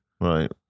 Right